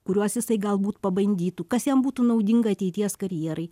kuriuos jisai galbūt pabandytų kas jam būtų naudinga ateities karjerai